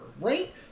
right